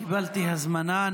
קיבלתי הזמנה,